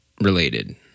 related